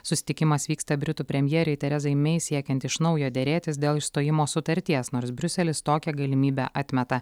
susitikimas vyksta britų premjerei terezai mei siekiant iš naujo derėtis dėl išstojimo sutarties nors briuselis tokią galimybę atmeta